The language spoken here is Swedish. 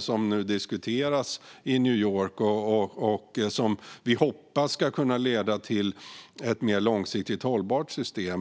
som nu diskuteras i New York handlar om. Vi hoppas att det ska kunna leda till ett mer långsiktigt hållbart system.